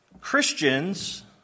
Christians